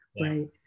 right